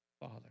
Father